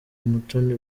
umutoni